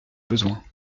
besoins